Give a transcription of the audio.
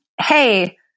Hey